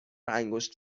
انگشت